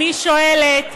אני שואלת,